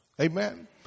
Amen